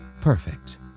Perfect